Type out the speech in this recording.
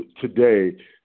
today